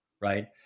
Right